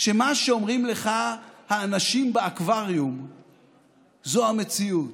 שמה שאומרים לך האנשים באקווריום זה המציאות.